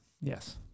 yes